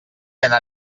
anar